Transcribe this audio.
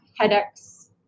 headaches